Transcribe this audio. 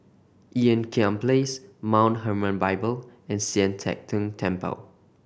Ean Kiam Place Mount Hermon Bible and Sian Teck Tng Temple